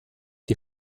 die